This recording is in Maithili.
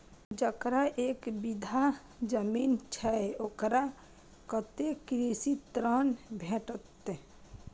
जकरा एक बिघा जमीन छै औकरा कतेक कृषि ऋण भेटत?